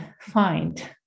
find